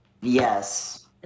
Yes